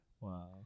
wow